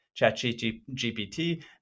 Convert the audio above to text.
ChatGPT